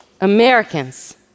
Americans